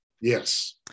Yes